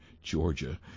Georgia